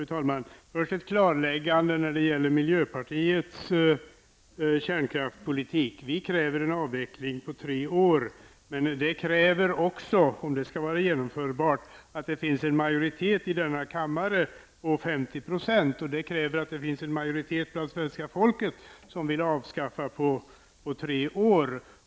Fru talman! Först ett klarläggande när det gäller miljöpartiets kärnkraftspolitik. Vi kräver en avveckling på tre år, men detta kräver också, om det skall vara genomförbart, att det finns en majoritet i denna kammare på 50 %. Det i sin tur kräver att det finns en majoritet bland det svenska folket som vill avveckla kärnkraften på tre år.